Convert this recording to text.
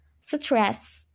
stress